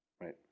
right